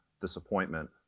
disappointment